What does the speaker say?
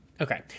Okay